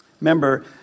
Remember